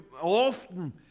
often